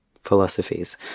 philosophies